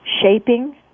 shaping